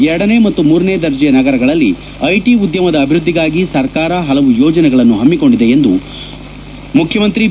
ಎರಡನೇ ಮತ್ತು ಮೂರನೇ ದರ್ಜೆಯ ನಗರಗಳಲ್ಲಿ ಐಟಿ ಉದ್ಯಮದ ಅಭಿವೃದ್ದಿಗಾಗಿ ಸರ್ಕಾರ ಹಲವು ಯೋಜನೆಗಳನ್ನು ಹಮ್ಮಿಕೊಂಡಿದೆ ಎಂದು ಮುಖ್ಯಮಂತ್ರಿ ಬಿ